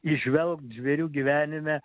įžvelgt žvėrių gyvenime